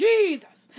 Jesus